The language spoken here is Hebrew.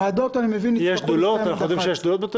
אני מבין שהוועדות יצטרכו לסיים עד